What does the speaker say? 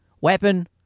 weapon